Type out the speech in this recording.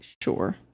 sure